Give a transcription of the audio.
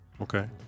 okay